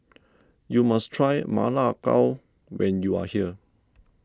you must try Ma Lai Gao when you are here